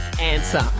answer